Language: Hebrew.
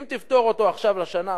אם תפטור אותו עכשיו לשנה,